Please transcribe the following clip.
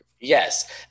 Yes